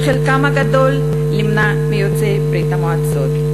שחלקם הגדול נמנה עם יוצאי ברית-המועצות.